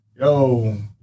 yo